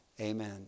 Amen